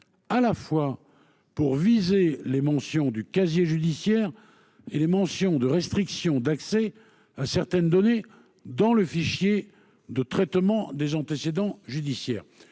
à la fois les mentions du casier judiciaire et les mentions de restriction d'accès à certaines données dans le fichier de traitement d'antécédents judiciaires.